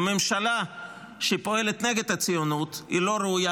וממשלה שפועלת נגד הציונות לא ראויה